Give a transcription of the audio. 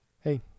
Hey